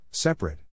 Separate